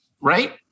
Right